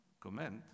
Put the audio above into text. comment